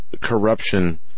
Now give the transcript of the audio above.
corruption